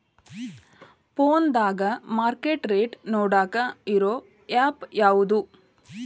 ಫೋನದಾಗ market rate ನೋಡಾಕ್ ಇರು ಆ್ಯಪ್ ಯಾವದು?